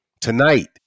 Tonight